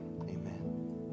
Amen